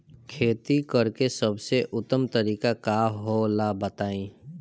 खेती करे के सबसे उत्तम तरीका का होला बताई?